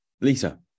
Lisa